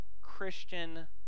Christian